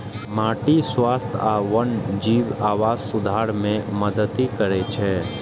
माटिक स्वास्थ्य आ वन्यजीवक आवास सुधार मे मदति करै छै